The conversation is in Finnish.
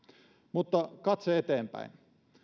mutta katse eteenpäin